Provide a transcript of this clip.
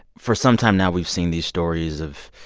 for some time now, we've seen these stories of